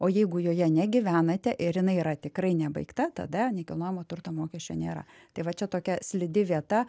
o jeigu joje negyvenate ir jinai yra tikrai nebaigta tada nekilnojamo turto mokesčio nėra tai va čia tokia slidi vieta